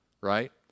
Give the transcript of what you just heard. right